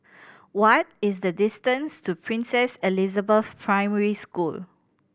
what is the distance to Princess Elizabeth Primary School